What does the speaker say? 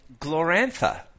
Glorantha